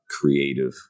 creative